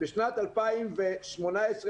בשנת 2018,